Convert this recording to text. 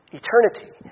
eternity